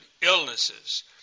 illnesses